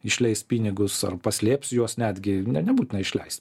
išleis pinigus ar paslėps juos netgi ne nebūtina išleist